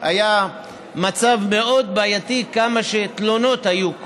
היה מצב מאוד בעייתי: כמה תלונות היו,